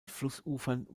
flussufern